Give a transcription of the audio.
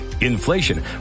inflation